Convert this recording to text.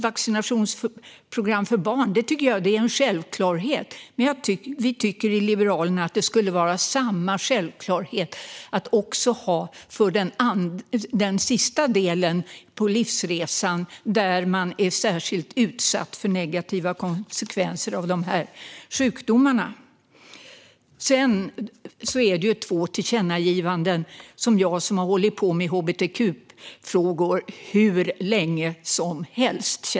Vaccinationsprogram för barn är förstås en självklarhet, men i Liberalerna tycker vi att det skulle vara samma självklarhet med ett vaccinationsprogram för dem som är på den sista delen av livsresan och är särskilt utsatta för negativa konsekvenser av de här sjukdomarna. Sedan finns det två tillkännagivanden som är särskilt glädjande för mig, som har hållit på med hbtq-frågor hur länge som helst.